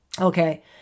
Okay